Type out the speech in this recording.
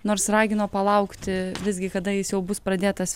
nors ragino palaukti visgi kada jis jau bus pradėtas